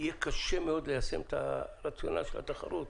יהיה קשה מאוד ליישם את הרציונל של התחרות.